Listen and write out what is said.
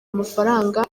amafaranga